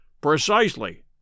Precisely